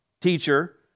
Teacher